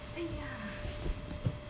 !aiya!